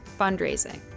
fundraising